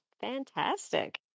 fantastic